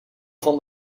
van